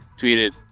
tweeted